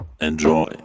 enjoy